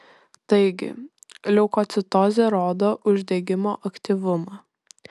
taigi leukocitozė rodo uždegimo aktyvumą